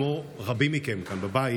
כמו רבים מכם כאן בבית,